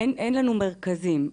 אין לנו מרכזים.